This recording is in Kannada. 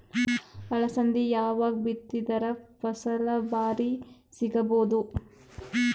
ಅಲಸಂದಿ ಯಾವಾಗ ಬಿತ್ತಿದರ ಫಸಲ ಭಾರಿ ಸಿಗಭೂದು?